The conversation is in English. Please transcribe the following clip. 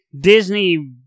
Disney